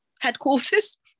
headquarters